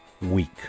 week